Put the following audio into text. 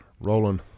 rolling